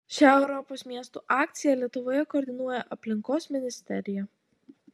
šią europos miestų akciją lietuvoje koordinuoja aplinkos ministerija